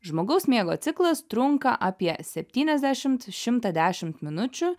žmogaus miego ciklas trunka apie septyniasdešimt šimtą dešimt minučių